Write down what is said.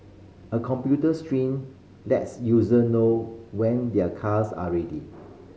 a computer lets user know when their cars are ready